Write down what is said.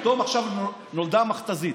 פתאום עכשיו נולדה המכת"זית,